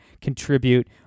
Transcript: contribute